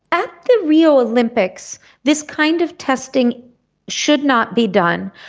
at the rio olympics this kind of testing should not be done.